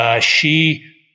She-